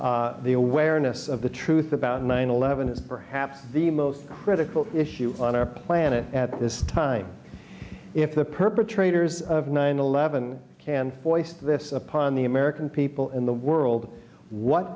country the awareness of the truth about nine eleven is perhaps the most critical issue on our planet at this time if the perpetrators of nine eleven can voice this upon the american people and the world what